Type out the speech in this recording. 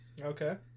Okay